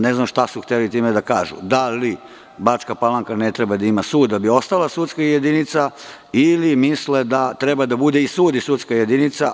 Ne znam šta su hteli time da kažu, da li Bačka Palanka ne treba da ima sud da bi ostala sudska jedinica ili misle da treba da bude i sud i sudska jedinica?